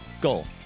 goal